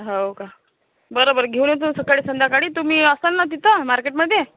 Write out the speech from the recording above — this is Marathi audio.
हो का बरं बरं घेऊन येतो सकाळी संध्याकाळी तुम्ही असाल ना तिथं मार्केटमध्ये